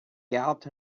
galloped